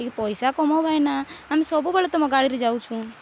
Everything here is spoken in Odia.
ଟିକେ ପଇସା କମାଅ ଭାଇନା ଆମେ ସବୁବେଳେ ତମ ଗାଡ଼ିରେ ଯାଉଛୁ